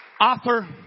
Author